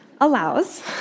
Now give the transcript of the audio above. allows